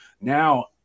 Now